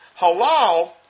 Halal